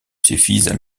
suffisent